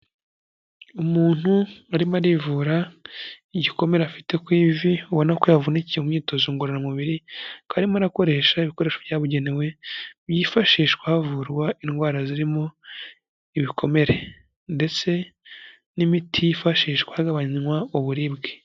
Umuntu arimo arivura igikomere afite ku ivi, ubona ko yavunikiye mu imyitozo ngororamubiri akaba arimo akoresha ibikoresho byabugenewe byifashishwa havurwa indwara zirimo ibikomere; ndetse n'imiti yifashishwa hagabanywa uburibwe.